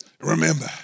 Remember